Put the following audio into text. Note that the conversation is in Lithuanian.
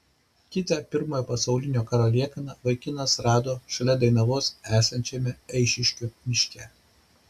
kitą pirmojo pasaulinio karo liekaną vaikinas rado šalia dainavos esančiame eišiškių miške